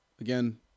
Again